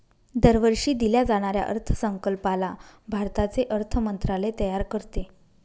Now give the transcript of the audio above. दरवर्षी दिल्या जाणाऱ्या अर्थसंकल्पाला भारताचे अर्थ मंत्रालय तयार करते